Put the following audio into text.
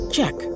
Check